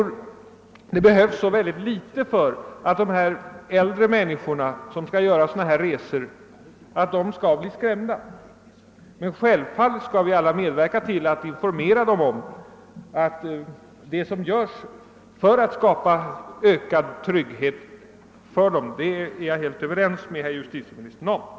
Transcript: Det behövs därför mycket litet för att äldre människor, som skall göra resor, skall bli skrämda. Men självfallet skall vi alla medverka till att informera dem om vad som görs för att skapa ökad trygghet, det är jag helt överens med justitieministern om.